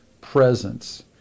presence